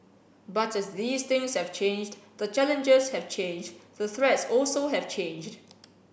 but as these things have changed the challenges have changed the threats also have changed